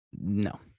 no